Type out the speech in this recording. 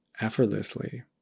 effortlessly